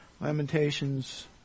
Lamentations